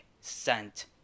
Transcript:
sent